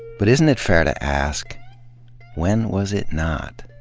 but isn't it fair to ask when was it not?